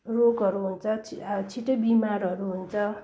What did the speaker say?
रोगहरू हुन्छ छिट्टै बिमारहरू हुन्छ